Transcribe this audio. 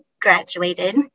graduated